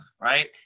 right